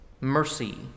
mercy